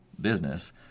business